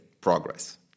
progress